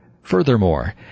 Furthermore